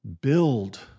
Build